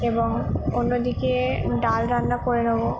এবং অন্য দিকে ডাল রান্না করে নেব